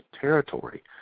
territory